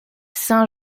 saint